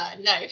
no